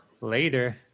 later